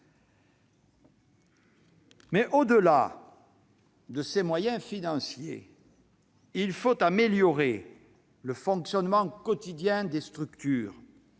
Au-delà de ces moyens financiers, il faut améliorer le fonctionnement quotidien des structures